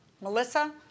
Melissa